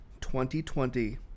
2020